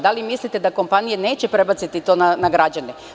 Da li mislite da kompanije neće prebaciti to na građane?